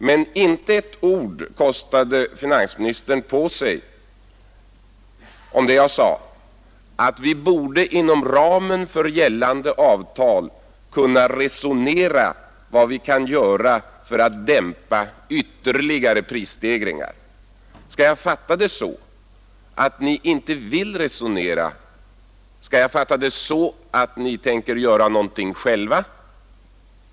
Men inte ett ord kostade finansministern på sig om det jag sade, nämligen att vi borde inom ramen för gällande avtal kunna resonera om vad vi kan göra för att dämpa ytterligare prisstegringar. Skall jag fatta det så att ni inte vill resonera? Skall jag fatta det så att ni tänker göra någonting själva?